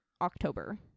October